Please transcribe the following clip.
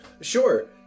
Sure